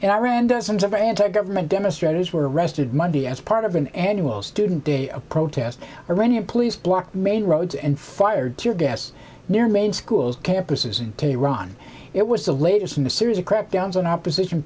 and i ran dozens of anti government demonstrators were arrested monday as part of an annual student day protest iranian police blocked main roads and fired tear gas near main schools campuses in tehran it was the latest in a series of crackdowns on opposition